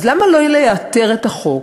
אז למה לא לייתר את החוק?